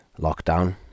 lockdown